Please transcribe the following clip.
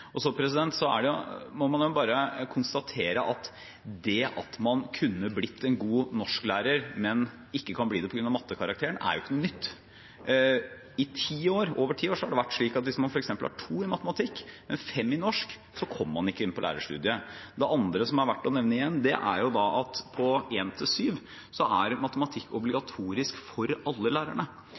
Så må man bare konstatere at det at man kunne blitt en god norsklærer, men ikke kan bli det på grunn av mattekarakteren, ikke er noe nytt. I over ti år har det vært slik at hvis man f.eks. har 2 i matematikk, men 5 i norsk, så kom man ikke inn på lærerstudiet. Det andre som er verdt å nevne – igjen – er at på 1.–7. trinn er matematikk obligatorisk for alle lærerne,